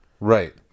right